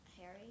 Harry